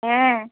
হ্যাঁ